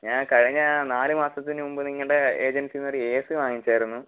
ഞാൻ കഴിഞ്ഞ നാല് മാസത്തിന് മുമ്പ് നിങ്ങളുടെ ഏജൻസിയിൽ നിന്ന് ഒരു എ സി വാങ്ങിച്ചിരുന്നു